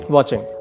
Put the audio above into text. Watching